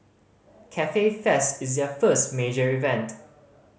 Cafe Fest is their first major event